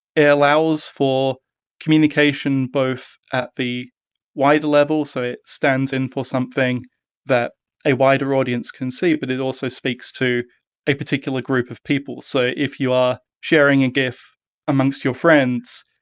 it allows for communication both at the wider level, so it stands in for something that a wider audience can see but it also speaks to a particular group of people. so if you are sharing a gif amongst your friends,